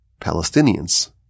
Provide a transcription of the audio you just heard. Palestinians